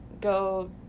go